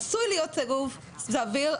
עשוי להיות סירוב סביר,